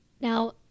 Now